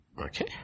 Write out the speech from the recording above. Okay